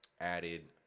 added